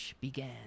began